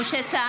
אינו נוכח